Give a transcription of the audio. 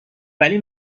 ولی